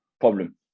problem